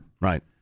Right